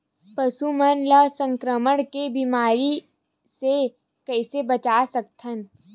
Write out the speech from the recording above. पशु मन ला संक्रमण के बीमारी से कइसे बचा सकथन?